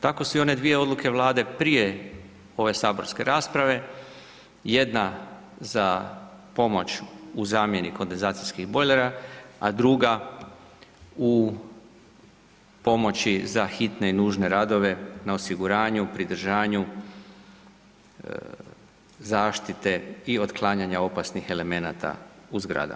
Tako su i one dvije odluke Vlade prije ove saborske rasprave, jedna za pomoć u zamjeni kondenzacijskih bojlera, a druga u pomoći za hitne i nužne radove na osiguranju, pridržanju zaštite i otklanjanja opasnih elemenata u zgrada.